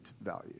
value